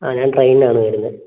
ആ ഞാൻ ട്രെയിനിനാണ് വരുന്നത്